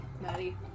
Maddie